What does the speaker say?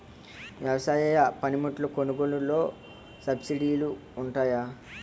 వ్యవసాయ పనిముట్లు కొనుగోలు లొ సబ్సిడీ లు వుంటాయా?